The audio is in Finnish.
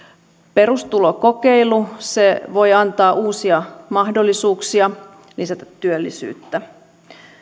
perustulokokeilu se voi antaa uusia mahdollisuuksia lisätä työllisyyttä